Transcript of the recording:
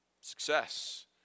success